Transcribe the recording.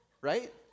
right